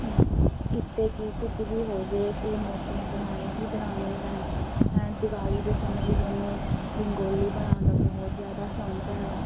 ਕੀਤੇ ਕਿ ਕੁਝ ਵੀ ਹੋ ਜੇ ਇਹ ਮੂਰਤੀ ਮੈਂ ਬਣਾਉਣੀ ਹੀ ਬਣਾਉਣੀ ਹੈ ਦੀਵਾਲੀ ਦੇ ਸਮੇਂ ਵੀ ਮੈਨੂੰ ਰੰਗੋਲੀ ਬਣਾਉਣ ਦਾ ਬਹੁਤ ਜ਼ਿਆਦਾ ਸ਼ੌਕ ਹੈ